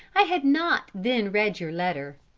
i had not then read your letter.